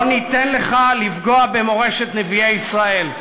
לא ניתן לך לפגוע במורשת נביאי ישראל.